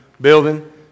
building